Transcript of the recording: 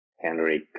Henrik